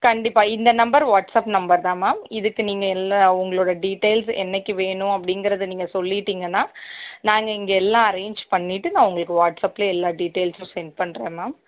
கண்டிப்பாக இந்த number WhatsApp number தான் மேம் இதுக்கு நீங்கள் எல்லா அவங்களோட டீடெயில்ஸ் என்னைக்கு வேணும் அப்படிங்கறத நீங்கள் சொல்லிட்டீங்கன்னால் நாங்கள் இங்கே எல்லாம் அரேஞ்ச் பண்ணிட்டு நான் உங்களுக்கு வாட்ஸ்அப்லேயே எல்லா டீடெயில்ஸும் சென்ட் பண்ணுறேன் மேம்